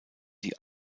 die